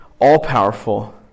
all-powerful